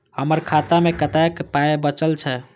हमर खाता मे कतैक पाय बचल छै